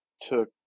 took